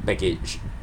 package